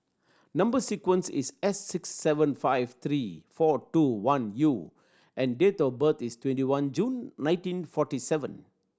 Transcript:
number sequence is S six seven five three four two one U and date of birth is twenty one June nineteen forty seven